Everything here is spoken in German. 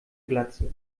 glatze